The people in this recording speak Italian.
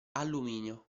alluminio